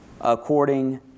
according